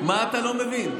מה אתה לא מבין?